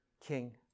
king